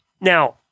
Now